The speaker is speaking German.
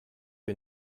wir